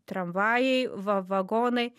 tramvajai va vagonai